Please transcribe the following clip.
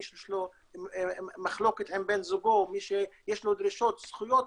מי שיש לו מחלוקת עם בן זוגו ומי שיש לו דרישות לזכויות,